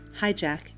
hijack